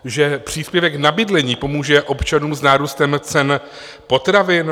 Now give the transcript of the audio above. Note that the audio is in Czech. Že příspěvek na bydlení pomůže občanům s nárůstem cen potravin?